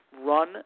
Run